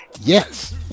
yes